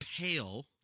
pale